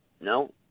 No